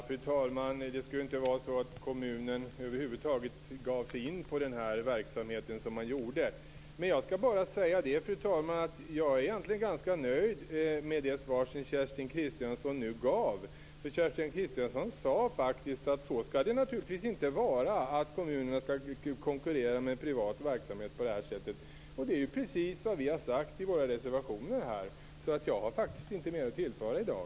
Fru talman! Det borde inte vara så att kommunen över huvud taget gav sig in på den här verksamheten som man gjorde. Jag skall bara säga att jag egentligen är ganska nöjd med det svar som Kerstin Kristiansson nu gav. Hon sade faktiskt att det naturligtvis inte skall vara så att kommunen skall konkurrera med privat verksamhet på detta sätt. Det är precis vad vi har sagt i våra reservationer. Så jag har faktiskt inte mer att tillföra i dag.